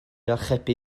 archebu